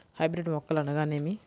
Hybrid మొక్కలు అనగానేమి?